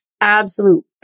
absolute